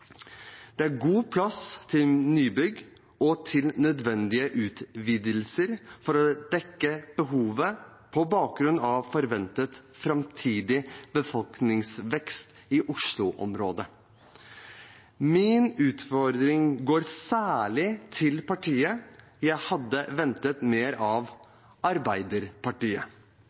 Det er god plass til nybygg og til nødvendige utvidelser for å dekke behovet på bakgrunn av forventet framtidig befolkningsvekst i Oslo-området. Min utfordring går særlig til partiet jeg hadde ventet mer av, Arbeiderpartiet.